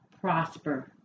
prosper